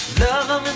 love